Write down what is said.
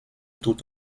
tout